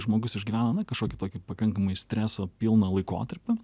žmogus išgyvena na kažkokį tokį pakankamai streso pilną laikotarpį